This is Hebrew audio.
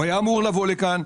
הוא היה אמור לבוא לכאן,